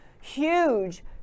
huge